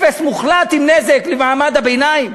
אפס מוחלט, עם נזק למעמד הביניים.